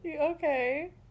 okay